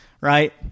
right